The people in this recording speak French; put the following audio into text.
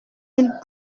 ils